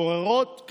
גוררות,